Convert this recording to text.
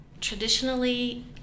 Traditionally